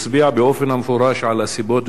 הצביע באופן מפורש על הסיבות,